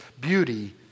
beauty